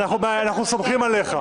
אנחנו סומכים עליך.